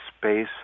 space